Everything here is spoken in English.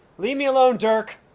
leave me alone, dirk.